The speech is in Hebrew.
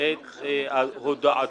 את הודעתו.